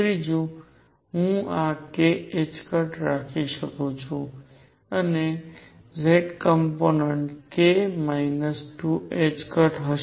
ત્રીજું હું આ k રાખી શકું છું અને z કોમ્પોનેંટ k 2ℏ હશે